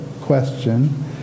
question